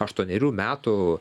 aštuonerių metų